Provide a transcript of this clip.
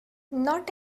not